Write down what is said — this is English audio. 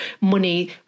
money